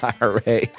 IRA